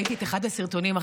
זה קצת מוזר,